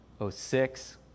06